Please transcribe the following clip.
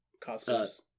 costumes